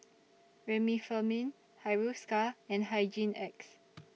Remifemin Hiruscar and Hygin X